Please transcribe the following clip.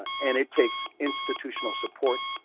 and it takes institutional support,